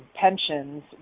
pensions